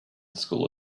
school